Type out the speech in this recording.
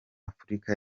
afurika